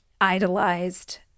idolized